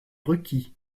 requis